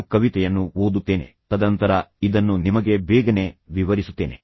ನಾನು ಕವಿತೆಯನ್ನು ಓದುತ್ತೇನೆ ತದನಂತರ ಇದನ್ನು ನಿಮಗೆ ಬೇಗನೆ ವಿವರಿಸುತ್ತೇನೆ